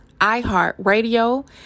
iHeartRadio